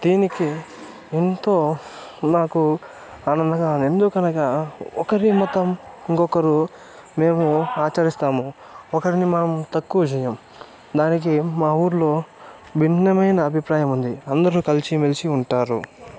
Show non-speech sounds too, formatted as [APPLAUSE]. దీనికి ఎంతో నాకు ఆనందంగా [UNINTELLIGIBLE] ఎందుకు అనగా ఒకరి మతం ఇంకొకరు మేము ఆచరిస్తాము ఒకరిని మనం తక్కువ చేయం దానికి మా ఊర్లో భిన్నమైన అభిప్రాయం ఉంది అందరూ కలిసిమెలిసి ఉంటారు